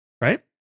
right